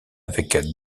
avec